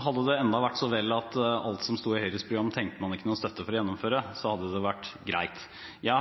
Hadde det enda vært så vel at alt som sto i Høyres program, trengte man ikke noen støtte for å gjennomføre – da hadde det vært greit. Det